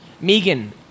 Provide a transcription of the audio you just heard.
Megan